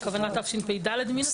הכוונה תשפ"ו מן הסתם.